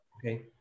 Okay